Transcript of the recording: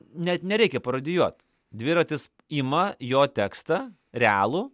net nereikia parodijuot dviratis ima jo tekstą realų